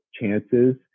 chances